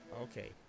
Okay